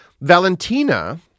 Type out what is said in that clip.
Valentina